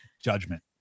judgment